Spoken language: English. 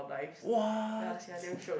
what